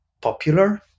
popular